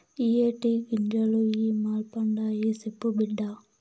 ఇయ్యే టీ గింజలు ఇ మల్పండాయి, సెప్పు బిడ్డా